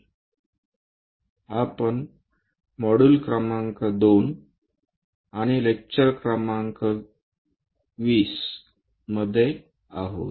आपण मॉड्यूल क्रमांक 2 आणि लेक्चर क्रमांक 20 मध्ये आहोत